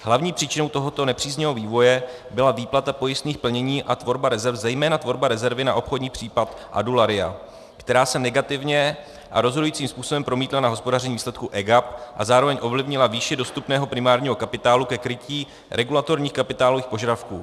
Hlavní příčinou tohoto nepříznivého vývoje byla výplata pojistných plnění a tvorba rezerv, zejména tvorba rezervy na obchodní případ Adularya, která se negativně a rozhodujícím způsobem promítla na hospodaření výsledku EGAP a zároveň ovlivnila výši dostupného primárního kapitálu ke krytí regulatorních kapitálových požadavků.